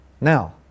Now